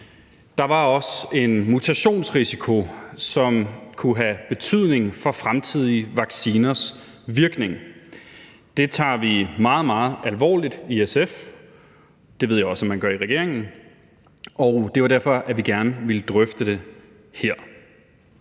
der var også en mutationsrisiko, som kunne have betydning for fremtidige vacciners virkning. Det tager vi meget, meget alvorlig i SF – det ved jeg også man gør i regeringen – og det var derfor, vi gerne ville drøfte det her.